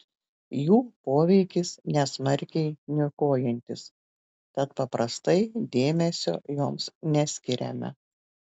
jų poveikis nesmarkiai niokojantis tad paprastai dėmesio joms neskiriame